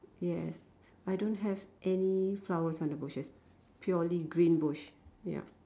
yes I don't have any flowers on the bushes purely green bush ya